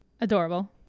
Adorable